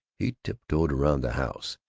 he tiptoed round the house,